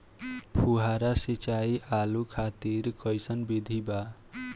फुहारा सिंचाई आलू खातिर कइसन विधि बा?